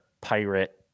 pirate